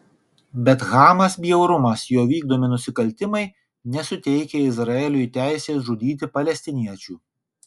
bet hamas bjaurumas jo vykdomi nusikaltimai nesuteikia izraeliui teisės žudyti palestiniečių